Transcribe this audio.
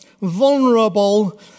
vulnerable